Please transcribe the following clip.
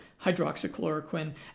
hydroxychloroquine